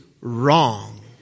wrong